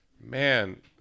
Man